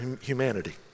humanity